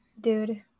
Dude